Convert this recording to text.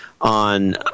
on –